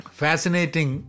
fascinating